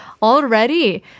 Already